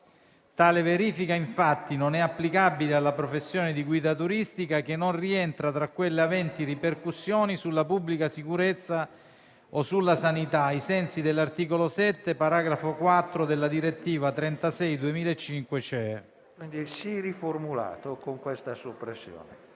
Tale verifica, infatti, non è applicabile alla professione di guida turistica, che non rientra tra quelle aventi ripercussioni sulla pubblica sicurezza o sulla sanità, ai sensi dell'articolo 7, paragrafo 4, della direttiva 2005/36/CE. Invito pertanto ad accogliere